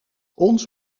ons